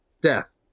death